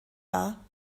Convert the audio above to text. war